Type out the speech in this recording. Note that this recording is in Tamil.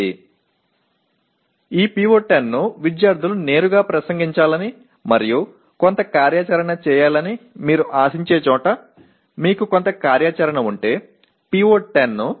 இந்த PO10 ஐ மாணவர்கள் நேரடியாக உரையாற்றுவார்கள் மற்றும் சில செயல்களைச் செய்வார்கள் என்று நீங்கள் எதிர்பார்க்கும் சில செயல்பாடுகள் இருந்தால் PO10 மற்ற படிப்புகள் மூலமாகவும் உரையாற்ற முடியும்